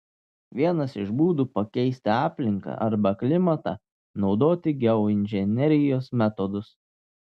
vienas iš būdų pakeisti aplinką arba klimatą naudoti geoinžinerijos metodus